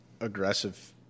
aggressive